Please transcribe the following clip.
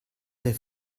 der